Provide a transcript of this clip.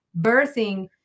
birthing